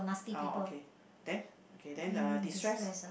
oh okay then okay then uh destress